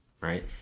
right